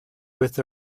with